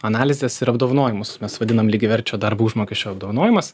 analizes ir apdovanojimus mes vadinam lygiaverčio darbo užmokesčio apdovanojimas